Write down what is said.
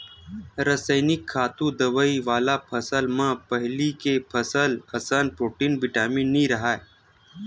रसइनिक खातू, दवई वाला फसल म पहिली के फसल असन प्रोटीन, बिटामिन नइ राहय